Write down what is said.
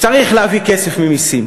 צריך להביא כסף ממסים,